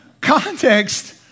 Context